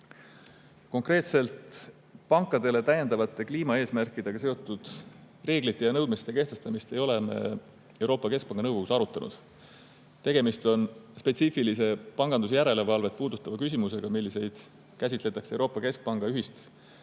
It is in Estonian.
Konkreetselt pankadele täiendavate kliimaeesmärkidega seotud reeglite ja nõudmiste kehtestamist ei ole me Euroopa Keskpanga nõukogus arutanud. Tegemist on spetsiifilise pangandusjärelevalvet puudutava küsimusega, milliseid käsitletakse Euroopa Keskpanga ühist